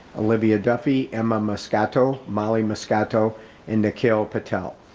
olivia duffy, emma moscato, molly moscato and nikhyl patel.